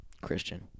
Christian